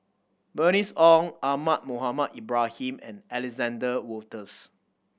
Bernice Ong Ahmad Mohamed Ibrahim and Alexander Wolters